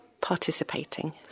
participating